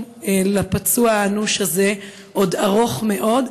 של הפצוע האנוש הזה עוד ארוך מאוד,